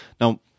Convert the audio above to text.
Now